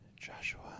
Joshua